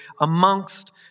amongst